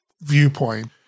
viewpoint